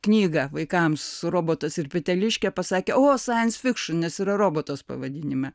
knygą vaikams robotas ir peteliškė pasakė o science fiction nes yra robotas pavadinime